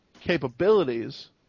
capabilities